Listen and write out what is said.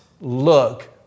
look